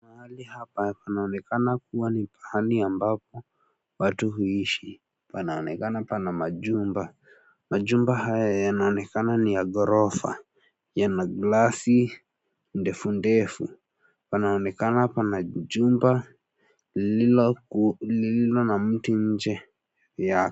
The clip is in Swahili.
Mahali hapa panaonekana kuwa ni pahali ambapo watu huishi .Panaonekana pana majumba, majumba haya yanaonekana ni ya ghorofa. Yana (cs)glass(cs) ndefu ndefu, panaonekana pana jumba lilio na mti nje yake.